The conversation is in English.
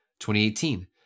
2018